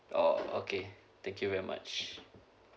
oh okay thank you very much